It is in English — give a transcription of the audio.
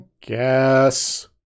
guess